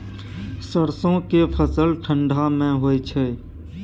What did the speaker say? सरसो के फसल ठंडा मे होय छै?